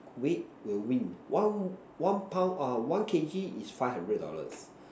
weight will win one one pound uh one K_G is five hundred dollars